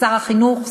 שר החינוך,